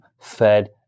fed